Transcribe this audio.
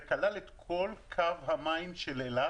וכלל את כל קו המים של אילת,